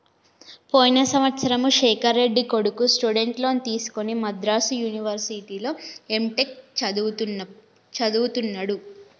పోయిన సంవత్సరము శేఖర్ రెడ్డి కొడుకు స్టూడెంట్ లోన్ తీసుకుని మద్రాసు యూనివర్సిటీలో ఎంటెక్ చదువుతున్నడు